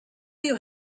you